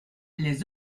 les